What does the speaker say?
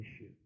issue